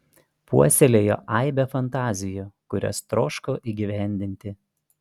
puoselėjo aibę fantazijų kurias troško įgyvendinti